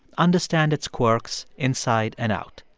understand its quirks inside and out.